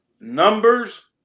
numbers